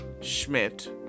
Schmidt